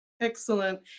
Excellent